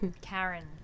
Karen